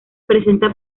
presenta